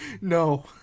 No